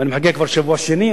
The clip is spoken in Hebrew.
ואני מחכה כבר שבוע שני,